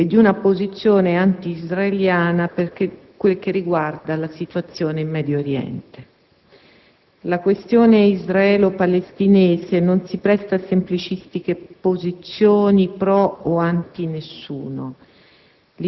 di posizione antiisraeliana per quel che riguarda la situazione in Medio Oriente". La questione israelo-palestinese non si presta a semplicistiche posizioni «pro» o «anti» qualcuno.